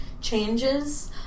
changes